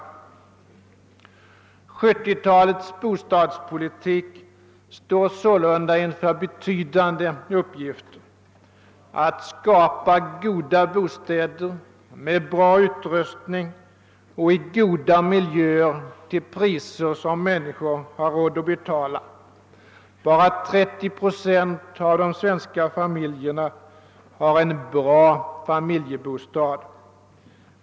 1970-talets bostadspolitik står således inför betydande uppgifter: att skapa goda bostäder med bra utrustning och i goda miljöer till priser som människor har råd att betala. Bara 30 procent av de svenska familjerna har nu en bra familjebostad.